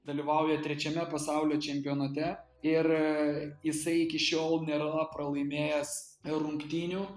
dalyvauja trečiame pasaulio čempionate ir isai iki šiol nėra pralaimėjęs rungtynių